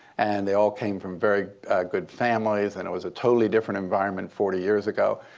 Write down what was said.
and they all came from very good families. and it was a totally different environment forty years ago.